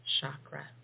chakra